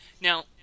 Now